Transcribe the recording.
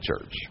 church